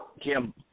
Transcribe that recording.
Kim